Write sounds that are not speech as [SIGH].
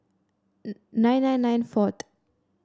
[UNINTELLIGIBLE] nine nine nine four [UNINTELLIGIBLE]